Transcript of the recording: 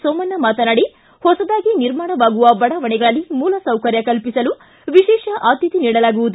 ಸೋಮಣ್ಣ ಮಾತನಾಡಿ ಹೊಸದಾಗಿ ನಿರ್ಮಾಣವಾಗುವ ಬಡಾವಣೆಗಳಲ್ಲಿ ಮೂಲಸೌಕರ್ಯ ಕಲ್ಪಿಸಲು ವಿಶೇಷ ಆದ್ದತೆ ನೀಡಲಾಗುವುದು